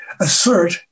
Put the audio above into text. assert